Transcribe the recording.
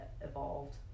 evolved